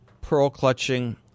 pearl-clutching